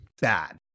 bad